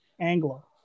Anglo